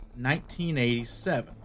1987